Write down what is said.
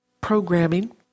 programming